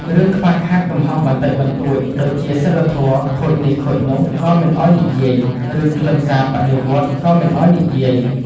រឿងខ្វះខាតកំហុសបន្តិចបន្តួច ដូចជាសីលធម៌ខូចនេះខូចនោះក៏មិនឱ្យនិយាយ រឿងខ្លឹមសារបដិវត្តន៍ក៏មិនឱ្យនិយាយ។